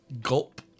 gulp